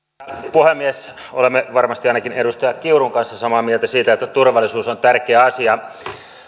puhemies olemme varmasti ainakin edustaja kiurun kanssa samaa mieltä siitä että turvallisuus on tärkeä asia puolustusministeri ei